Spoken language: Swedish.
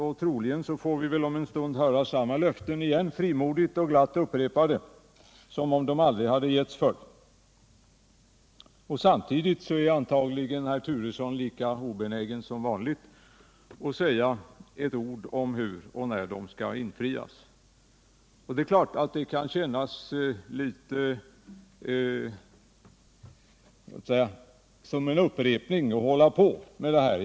Och troligen får vi om en stund höra samma löften igen, frimodigt och glatt upprepade som om de aldrig hade getts förr. Samtidigt är antagligen herr Turesson lika obenägen som vanligt att säga ett ord om hur och när de skall infrias. Och det är klart att det kan kännas litet grand som en upprepning att hålla på med det här.